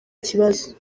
kibazo